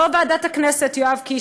יו"ר ועדת הכנסת יואב קיש,